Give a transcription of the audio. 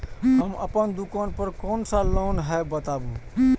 हम अपन दुकान पर कोन सा लोन हैं बताबू?